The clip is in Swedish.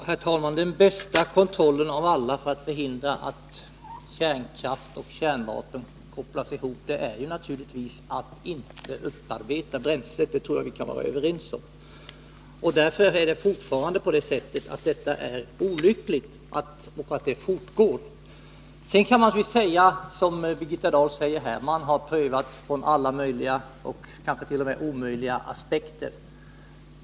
Herr talman! Den bästa av alla typer av kontroll för att förhindra att kärnkraft och kärnvapen kopplas ihop är ju naturligtvis att inte upparbeta bränslet — det tror jag vi kan vara överens om. Därför är det fortfarande olyckligt att detta fortgår. Sedan kan man naturligtvis säga som Birgitta Dahl gör här, att man har prövat frågan från alla möjliga och kanske t.o.m. omöjliga aspekter.